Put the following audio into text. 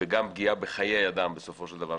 וגם פגיעה בחיי אדם בסופו של דבר,